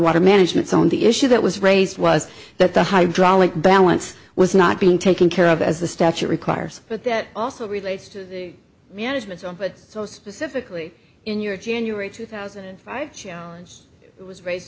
water management on the issue that was raised was that the hydraulic balance was not being taken care of as the statute requires but that also relates to the management of it so specifically in your january two thousand and five she was raised